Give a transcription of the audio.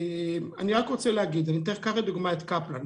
אני אקח לדוגמה את קפלן,